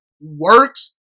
works